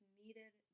needed